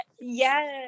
Yes